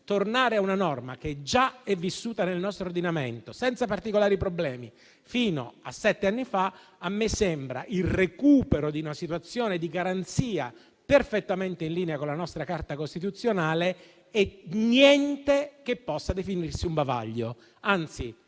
tornare a una norma che già è vissuta nel nostro ordinamento senza particolari problemi fino a sette anni fa, a me sembra il recupero di una situazione di garanzia perfettamente in linea con la nostra Carta costituzionale e niente che possa definirsi un bavaglio. Anzi, l'invito ai